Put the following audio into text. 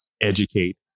educate